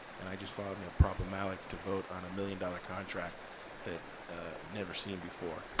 and i just found that problematic to vote on a million dollar contract that i've never seen before.